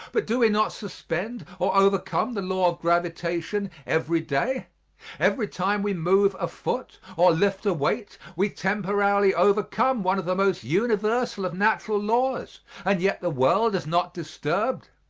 but do we not suspend or overcome the law of gravitation every day every time we move a foot or lift a weight we temporarily overcome one of the most universal of natural laws and yet the world is not disturbed.